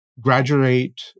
graduate